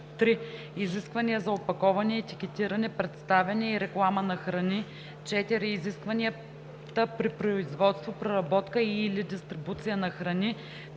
3. изискванията за опаковане, етикетиране, представяне и реклама на храни; 4. изискванията при производство, преработка и/или дистрибуция на храни;